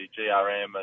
GRM